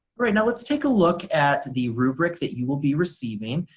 right now let's take a look at the rubric that you will be receiving.